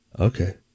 Okay